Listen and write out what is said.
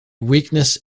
weakness